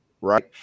right